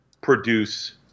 produce –